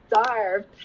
starved